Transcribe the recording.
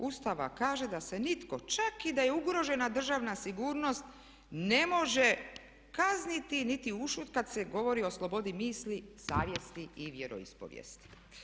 Ustava kaže da se nitko, čak i da je ugrožena državna sigurnost ne može kazniti, niti ušutkati se, govori o slobodi misli, savjesti i vjeroispovijesti.